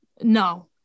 no